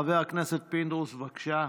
חבר הכנסת פינדרוס, בבקשה.